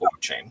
blockchain